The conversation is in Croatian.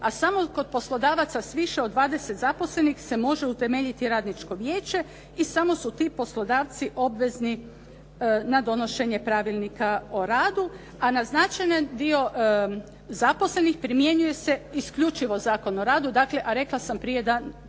a samo kod poslodavaca sa više od 20 zaposlenih se može utemeljiti radničko vijeće i samo su ti poslodavci obvezni na donošenje pravilnika o radu. A na značajni dio zaposlenih primjenjuje se isključivo Zakon o radu, dakle a rekla sam prije da